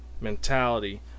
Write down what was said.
mentality